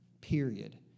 Period